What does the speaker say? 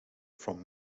from